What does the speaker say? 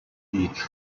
beach